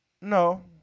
No